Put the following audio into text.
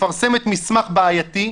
מפרסמת מסמך בעייתי,